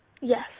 Yes